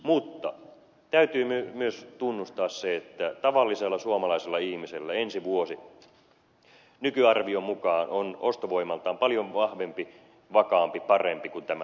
mutta täytyy myös tunnustaa se että tavallisella suomalaisella ihmisellä ensi vuosi nykyarvion mukaan on ostovoimaltaan paljon vahvempi vakaampi parempi kuin tämä vuosi